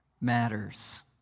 matters